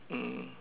mm